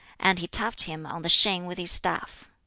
and he tapped him on the shin with his staff.